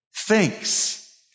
Thinks